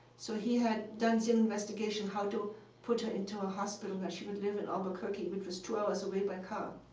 so he had done so and the how to put her into a hospital where she would live in albuquerque, which was two hours away by car.